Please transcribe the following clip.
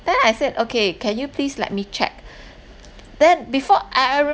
then I said okay can you please let me check then before I I remember